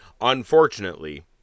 unfortunately